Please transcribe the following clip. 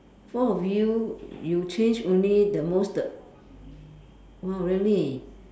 four of you you change only the most the !wow! really